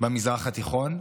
במזרח התיכון,